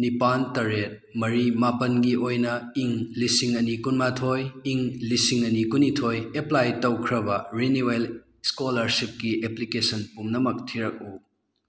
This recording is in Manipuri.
ꯅꯤꯄꯥꯜ ꯇꯔꯦꯠ ꯃꯔꯤ ꯃꯥꯄꯜꯒꯤ ꯑꯣꯏꯅ ꯏꯪ ꯂꯤꯁꯤꯡ ꯑꯅꯤ ꯀꯨꯟꯃꯥꯊꯣꯏ ꯏꯪ ꯂꯤꯁꯤꯡ ꯑꯅꯤ ꯀꯨꯟꯅꯤꯊꯣꯏ ꯑꯦꯞꯄ꯭ꯂꯥꯏ ꯇꯧꯈ꯭ꯔꯕ ꯔꯤꯅꯤꯋꯦꯜ ꯏꯁꯀꯣꯂꯥꯔꯁꯤꯞꯀꯤ ꯑꯦꯄ꯭ꯂꯤꯀꯦꯁꯟ ꯄꯨꯝꯅꯃꯛ ꯊꯤꯔꯛꯎ